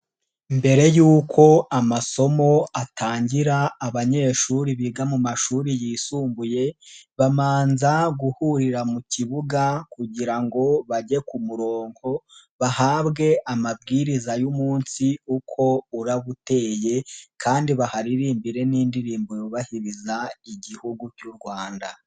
Mbere y'uko amasomo atangira abanyeshuri biga mu mashuri yisumbuye, bamanza guhurira mu kibuga kugira ngo bajye ku murongo bahabwe amabwiriza y'umunsi uko uraba uteye kandi baharirimbire n'indirimbo yubahiriza igihugu cy'u Rwanda.